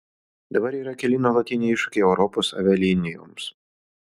dabar yra keli nuolatiniai iššūkiai europos avialinijoms